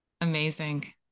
Amazing